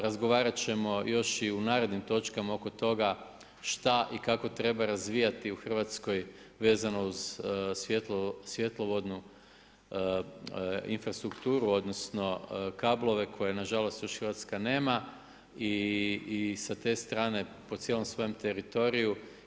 Razgovarat ćemo još i u narednim točkama oko toga šta i kako treba razvijati u Hrvatskoj vezano uz svjetlovodnu infrastrukturu odnosno kablove koje nažalost još Hrvatska nema po cijelom svojem teritoriju.